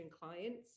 clients